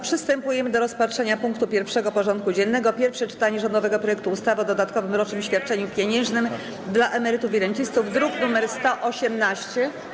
Przystępujemy do rozpatrzenia punktu 1. porządku dziennego: Pierwsze czytanie rządowego projektu ustawy o dodatkowym rocznym świadczeniu pieniężnym dla emerytów i rencistów (druk nr 118)